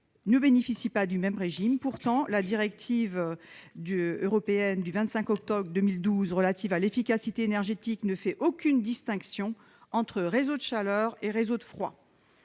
ne bénéficient pas du même régime. Pourtant, la directive européenne du 25 octobre 2012, relative à l'efficacité énergétique, ne fait aucune distinction entre réseaux de chaleur et réseaux de froid.